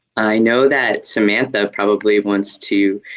i know that samantha probably wants to